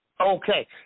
Okay